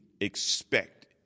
expect